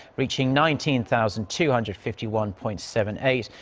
reaching nineteen-thousand-two-hundred-fifty-one-point-seven-eight.